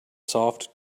soft